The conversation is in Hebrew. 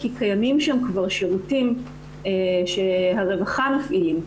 כי קיימים שם שירותים שהרווחה מפעילים,